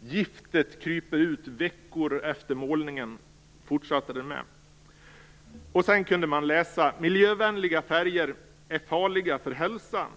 "Giftet kryper ut veckor efter målningen", fortsatte den med. Sedan kunde man läsa: "Miljövänliga färger är farliga för hälsan.